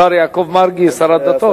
השר יעקב מרגי, שר הדתות.